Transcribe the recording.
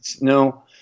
No